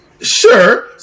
Sure